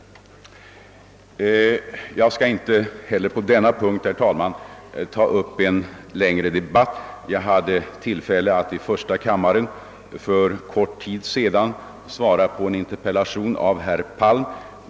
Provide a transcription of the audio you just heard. Jag skall inte heller på denna punkt, herr talman, ta upp en längre debatt. Jag hade tillfälle att i första kammaren för en kort tid sedan svara på en interpellation av herr Palm.